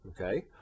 Okay